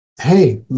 hey